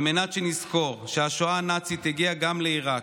על מנת שנזכור שהשואה הנאצית הגיעה גם לעיראק,